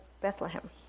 Bethlehem